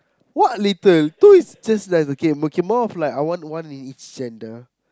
what little two is just nice okay okay more more of like I want one in each gender